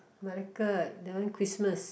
Malacca that one Christmas